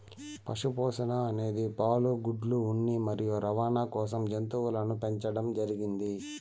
పశు పోషణ అనేది పాలు, గుడ్లు, ఉన్ని మరియు రవాణ కోసం జంతువులను పెంచండం జరిగింది